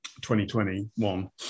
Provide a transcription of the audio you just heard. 2021